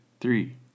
Three